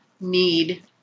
need